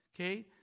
Okay